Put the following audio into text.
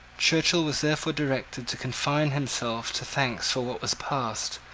churchill was therefore directed to confine himself to thanks for what was past,